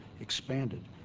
expanded